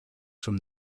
from